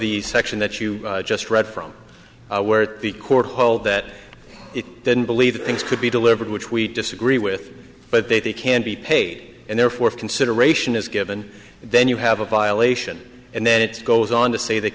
the section that you just read from where the court hold that it didn't believe things could be delivered which we disagree with but they they can be paid and therefore consideration is given then you have a violation and then it goes on to say that